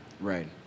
right